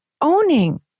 owning